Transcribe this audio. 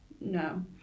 No